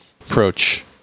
approach